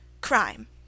Crime